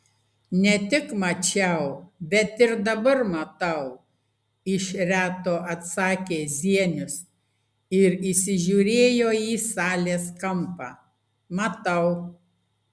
ne tik mačiau bet ir dabar matau iš reto atsakė zienius ir įsižiūrėjo į salės kampą matau